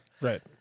Right